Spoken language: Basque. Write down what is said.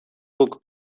guk